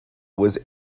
was